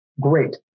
Great